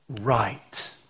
right